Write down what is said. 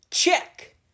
Check